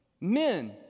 men